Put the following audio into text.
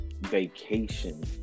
vacation